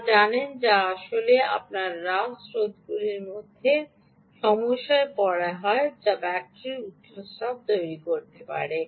তা জানেন যা আসলে আপনার রাশ স্রোতগুলির মধ্যে সমস্যায় পড়ে তা বলা হয় যা ব্যাটারির উচ্চ স্রাব তৈরি করতে পারে